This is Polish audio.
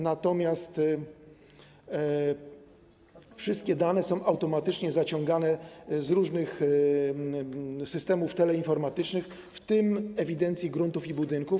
Natomiast wszystkie dane są automatycznie zaciągane z różnych systemów teleinformatycznych, w tym z ewidencji gruntów i budynków.